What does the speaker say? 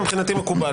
דקות.